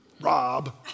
Rob